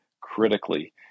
critically